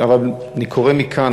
אבל אני קורא מכאן,